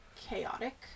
chaotic